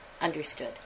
understood